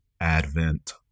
Advent